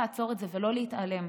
פשוט לעצור את זה ולא להתעלם.